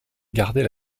gardait